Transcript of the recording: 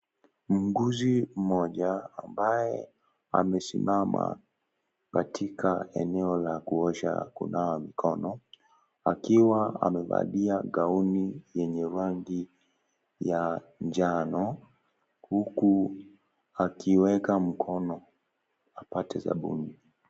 Muuguzi mmoja ambaye amesimama katika eneo la kuosha, kunawa mikono, akiwa amevalia gauni yenye rangi ya njano, huku akiweka mkono apate sabuni.